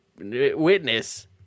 witness